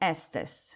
Estes